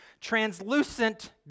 translucent